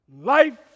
life